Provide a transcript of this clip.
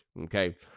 Okay